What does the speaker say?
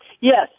Yes